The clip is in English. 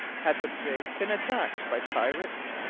had the brig been attacked by pirates?